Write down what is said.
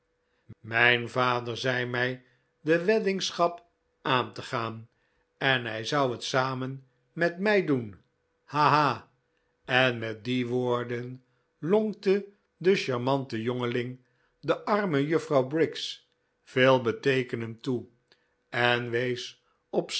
mijn vader zei mij de weddingschap aan te gaan en hij zou het samen met mij doen ha ha en met die woorden lonkte de charmante jongeling de arme juffrouw briggs veelbeteekenend toe en wees op